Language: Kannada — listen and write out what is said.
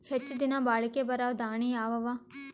ಹೆಚ್ಚ ದಿನಾ ಬಾಳಿಕೆ ಬರಾವ ದಾಣಿಯಾವ ಅವಾ?